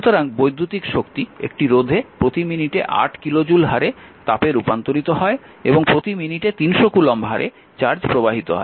সুতরাং বৈদ্যুতিক শক্তি একটি রোধে প্রতি মিনিটে 8 কিলো জুল হারে তাপে রূপান্তরিত হয় এবং প্রতি মিনিটে 300 কুলম্ব হারে চার্জ প্রবাহিত হয়